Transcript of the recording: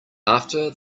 after